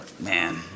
Man